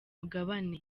mugabane